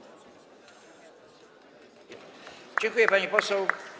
Dziękuję, pani poseł.